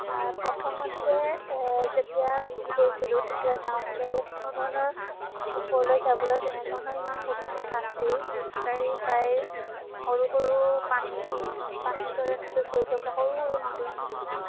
প্ৰথমতে যেতিয়া গৈছিলোঁ তেতিয়া যাওঁতে ইয়াত কোনো ধৰণৰ ওপৰলৈ যাবলৈ তেনে ধৰণৰ ইমান সুবিধা নাছিল খোজকাঢ়ি প্ৰায় সৰু সৰু পানী পানীৰ দৰে এনেকৈ গৈ থকা সৰু সৰু নদীৰ নিচিনা